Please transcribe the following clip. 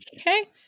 Okay